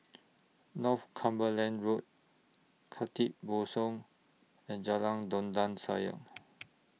Northumberland Road Khatib Bongsu and Jalan Dondang Sayang